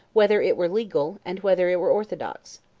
whether it were legal, and whether it were orthodox.